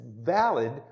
valid